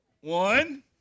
One